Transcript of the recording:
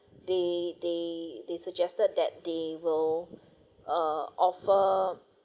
they they they suggested that they will uh offer